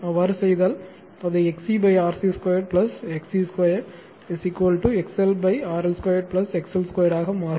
அவ்வாறு செய்தால் அது XC RC 2 XC 2 XL RL 2 XL 2 ஆக மாறும்